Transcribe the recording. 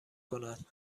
کند